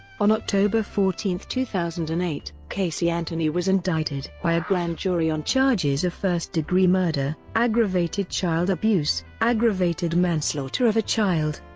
on october fourteen, two thousand and eight, casey anthony was indicted by a grand jury on charges of first degree murder, aggravated child abuse, aggravated manslaughter of a child,